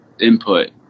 input